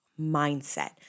mindset